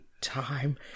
time